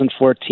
2014